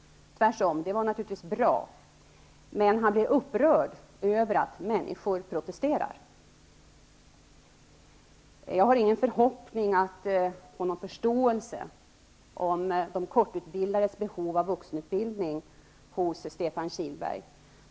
Tvärsom, det var naturligtvis bra. Men han blir upprörd över att människor protesterar. Jag har ingen förhoppning om att få någon förståelse hos Stefan Kihlberg för de kortutbildades behov av vuxenutbilding.